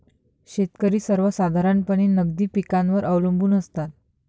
शेतकरी सर्वसाधारणपणे नगदी पिकांवर अवलंबून असतात